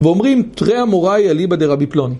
ואומרים תריי אמוראי אליבא דרבי פלוני